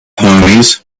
homies